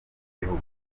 gihugu